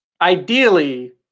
ideally